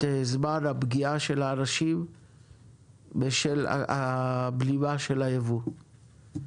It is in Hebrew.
זמן הפגיעה של האנשים בשל הבלימה של הייבוא.